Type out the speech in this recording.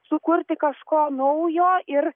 sukurti kažko naujo ir